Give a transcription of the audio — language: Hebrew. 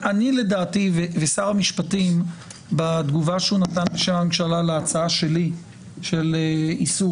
בתגובה ששר המשפטים נתן להצעה שלי לגבי איסור